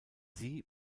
sie